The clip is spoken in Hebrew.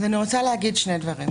אני רוצה להגיד שני דברים.